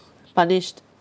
punished